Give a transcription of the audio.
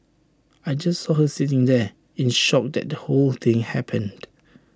I just saw her sitting there in shock that the whole thing happened